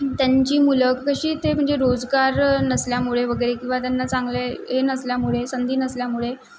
त्यांची मुलं कशी ते म्हणजे रोजगार नसल्यामुळे वगैरे किंवा त्यांना चांगले हे नसल्यामुळे संधी नसल्यामुळे